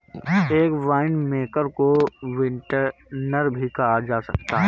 एक वाइनमेकर को विंटनर भी कहा जा सकता है